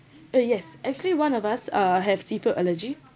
uh yes actually one of us uh have seafood allergy